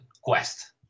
quest